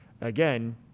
again